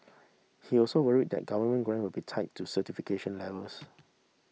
he also worried that government grant will be tied to certification levels